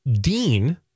Dean